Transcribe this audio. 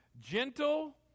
Gentle